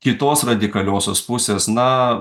kitos radikaliosios pusės na